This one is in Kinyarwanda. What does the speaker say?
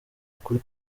ukuri